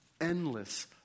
endless